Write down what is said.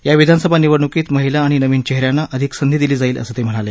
या विधानसभा निवडण्कीत महिला आणि नविन चेह यांना अधिक संधी दिली जाईल असं ते म्हणाले